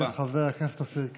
תודה רבה לחבר הכנסת אופיר כץ.